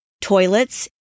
toilets